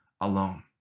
alone